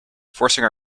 forcing